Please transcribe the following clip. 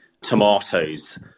tomatoes